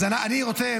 אז אני רוצה,